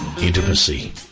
Intimacy